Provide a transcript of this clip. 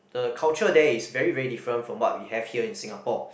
the culture there is very very different from what we have here in Singapore